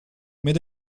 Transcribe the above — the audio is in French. mais